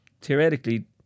theoretically